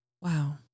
wow